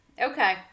Okay